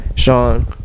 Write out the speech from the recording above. Sean